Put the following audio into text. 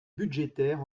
budgétaire